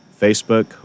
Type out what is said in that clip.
Facebook